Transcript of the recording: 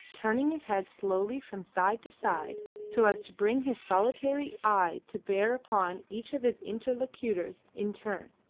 turning his head slowly from side to side so as to bring his solitary eye to bear upon each of his interlocutors in turn.